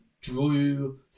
drew